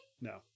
no